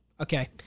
Okay